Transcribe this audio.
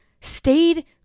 stayed